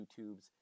YouTube's